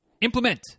Implement